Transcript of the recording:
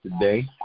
today